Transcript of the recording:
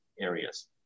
areas